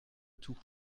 tout